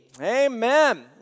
Amen